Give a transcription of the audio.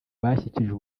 bashyikirijwe